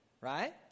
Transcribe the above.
right